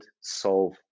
solve